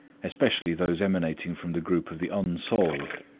especially those emanating from the group of the unsolved.